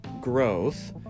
growth